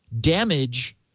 damage